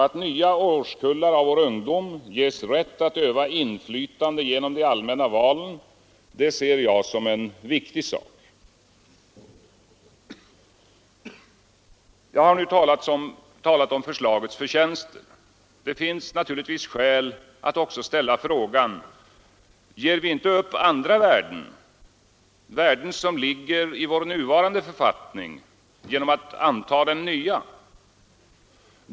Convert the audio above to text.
Att nya årskullar av vår ungdom ges rätt att öva inflytande genom de allmänna valen ser jag som en viktig sak. Hittills har jag talat om förslagets förtjänster. Det finns naturligtvis skäl att också ställa frågan: Ger vi inte upp andra värden, som ligger i vår nuvarande författning, genom att anta den nya?